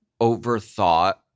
overthought